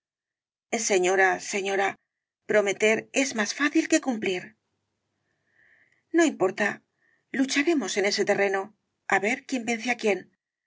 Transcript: señora señora prometer es más fácil que cumplir no importa lucharemos en ese terreno á ver quién vence á quién mas